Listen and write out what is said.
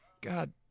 God